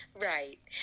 Right